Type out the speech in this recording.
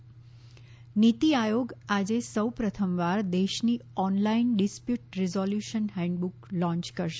ત નીતિ આયોગ આજે સૌ પ્રથમવાર દેશની online dispute resolution handbook launch કરશે